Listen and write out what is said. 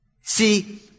See